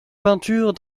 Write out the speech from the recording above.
peintures